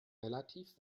relativ